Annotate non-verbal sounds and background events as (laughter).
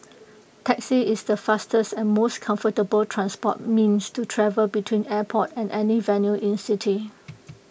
taxi is the fastest and most comfortable transport means to travel between airport and any venue in city (noise)